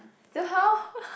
then how